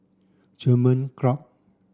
German Club